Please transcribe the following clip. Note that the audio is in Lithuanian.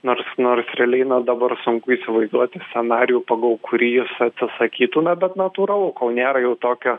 nors nors realiai na dabar sunku įsivaizduoti scenarijų pagal kurį jis atsisakytų na bet natūralu kol nėra jau tokio